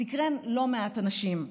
סקרן לא מעט אנשים.